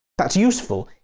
that's useful,